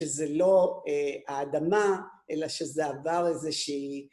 שזה לא האדמה, אלא שזה עבר איזה שהיא...